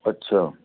ਅੱਛਾ